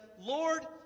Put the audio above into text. Lord